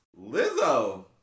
Lizzo